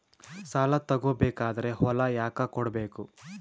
ಸಾಲ ತಗೋ ಬೇಕಾದ್ರೆ ಹೊಲ ಯಾಕ ಕೊಡಬೇಕು?